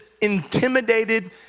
intimidated